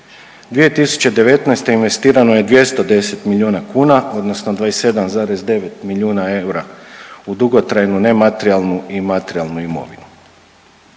2019. investirano je 210 milijuna kuna odnosno 27,9 milijuna eura u dugotrajnu nematerijalnu i materijalnu imovinu.